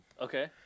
Okay